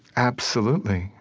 absolutely.